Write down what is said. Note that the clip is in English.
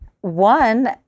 One